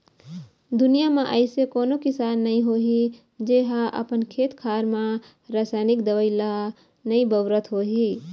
दुनिया म अइसे कोनो किसान नइ होही जेहा अपन खेत खार म रसाइनिक दवई ल नइ बउरत होही